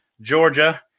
georgia